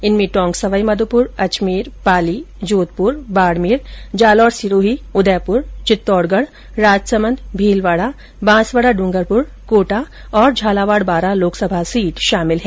इनमें टोंक सवाईमाधोपुर अजमेर पाली जोधपुर बाडमेर जालोर सिरोही उदयपुर चित्तौड़गढ राजसमंद भीलवाडा बांसवाडा डूंगरपुर कोटा तथा झालावाड बारां लोकसभा सीट शामिल है